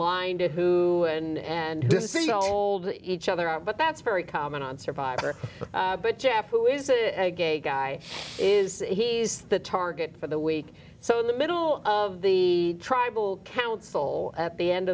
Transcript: who and to see old each other are but that's very common on survivor but jeff who is a gay guy is he's the target for the week so in the middle of the tribal council at the end